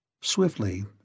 Swiftly